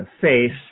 face